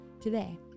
today